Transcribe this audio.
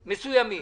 מסוימים.